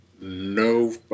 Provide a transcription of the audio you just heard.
no